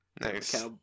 Nice